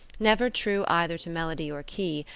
never true either to melody or key,